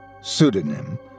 pseudonym